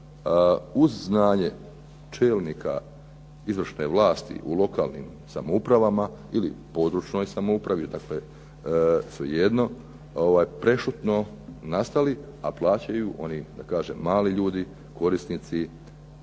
uz znanje čelnika izvršne vlasti u lokalnim samoupravama ili područnoj samoupravi, prešutno nastali, a plaćaju oni mali ljudi korisnici